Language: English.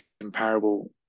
comparable